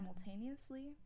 simultaneously